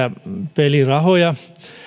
pelirahoja